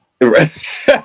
Right